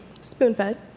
spoon-fed